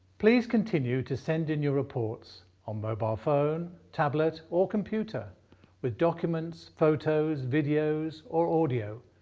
please continue to send in your reports on mobile phone, tablet or computer with documents photos videos or audio,